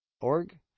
org